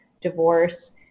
divorce